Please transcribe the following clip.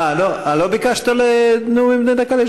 לא ביקשת לנאומים בני דקה?